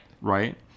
Right